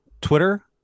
Twitter